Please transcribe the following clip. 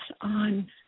on